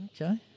Okay